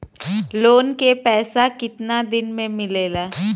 Loan के पैसा कितना दिन मे मिलेला?